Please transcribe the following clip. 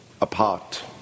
apart